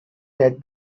that